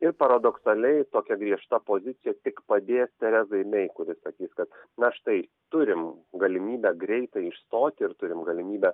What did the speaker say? ir paradoksaliai tokia griežta pozicija tik padės teresai mei kuri sakys kad na štai turim galimybę greitai išstoti ir turim galimybę